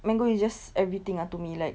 mango is just everything ah to me like